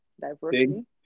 diversity